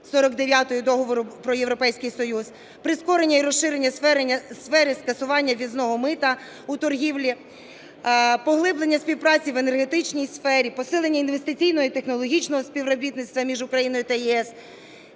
49 Договору про Європейський Союз; прискорення і розширення сфери скасування ввізного мита у торгівлі; поглиблення співпраці в енергетичній сфері; посилення інвестиційного і технологічного співробітництва між Україною та ЄС;